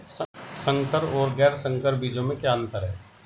संकर और गैर संकर बीजों में क्या अंतर है?